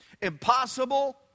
Impossible